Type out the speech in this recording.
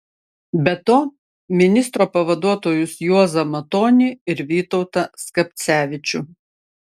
be to ministro pavaduotojus juozą matonį ir vytautą skapcevičių